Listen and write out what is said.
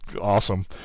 Awesome